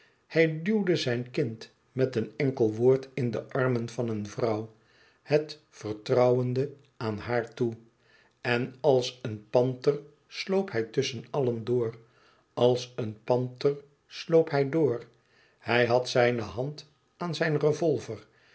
hij duwde zijn kind met een enkel woord in de armen van een vrouw het vertrouwende aan haar toe en als een panther sloop hij tusschen allen door als een panther sloop hij door hij had zijne hand aan zijn revolver